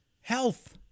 health